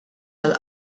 għall